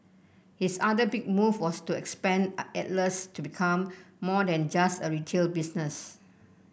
his other big move was to expand Atlas to become more than just a retail business